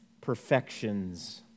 perfections